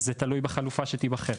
זה תלוי בחלופה שתיבחר.